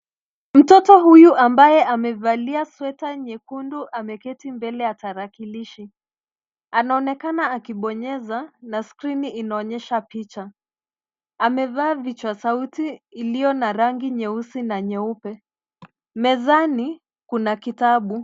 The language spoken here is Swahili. Mtoto huyu ambaye amevalia sweta nyekundu ameketi mbele ya tarakilishi. Anaonekana akibonyeza na skrini inaonyesha picha. Amevaa vichwa sauti iliyo na rangi nyeusi na nyeupe. Mezani kuna kitabu.